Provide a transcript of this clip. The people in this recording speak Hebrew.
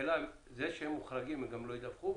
השאלה זה שהם מוחרגים, הם גם לא ידווחו?